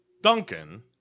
Duncan